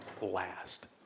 last